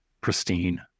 pristine